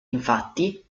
infatti